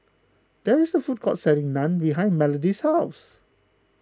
there is a food court selling Naan behind Melody's house